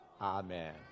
Amen